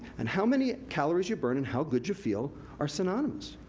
and how many calories you burn and how good you feel are synonymous.